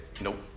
Nope